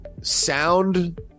sound